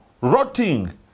Rotting